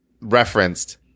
referenced